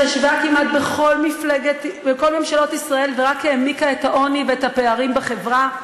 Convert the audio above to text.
שישבה כמעט בכל ממשלות ישראל ורק העמיקה את העוני ואת הפערים בחברה?